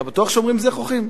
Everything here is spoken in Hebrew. אתה בטוח שאומרים זְחוחים?